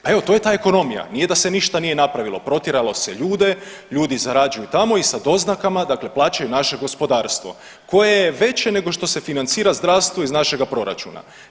Pa evo to je ta ekonomija, nije da se nije ništa napravilo, protjeralo se ljude, ljudi zarađuju tamo i sa doznakama plaćaju naše gospodarstvo koje je veće nego što se financira zdravstvo iz našega proračuna.